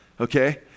Okay